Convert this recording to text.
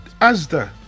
Asda